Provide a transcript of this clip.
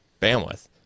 bandwidth